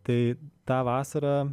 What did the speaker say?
tai tą vasarą